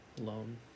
alone